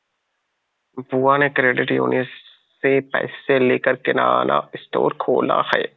बुआ ने credit union से पैसे लेकर किराना स्टोर खोला है